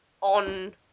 on –